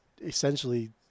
essentially